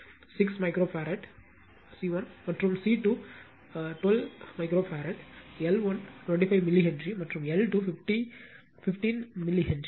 5 Ω C 1 6 microfarad மற்றும் C 2 12 microfarad L 1 25 millihenry மற்றும் L 2 15 milli Henry